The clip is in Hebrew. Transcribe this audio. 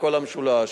כל המשולש.